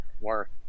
work